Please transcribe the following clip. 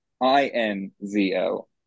I-N-Z-O